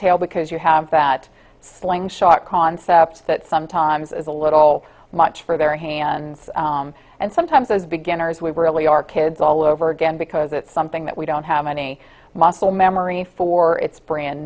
tail because you have that slingshot concepts that sometimes is a little much for their hands and sometimes as beginners we really are kids all over again because it's something that we don't have any muscle memory for it's brand